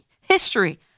History